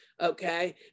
Okay